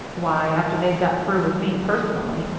why, after they'd got through with me, personally,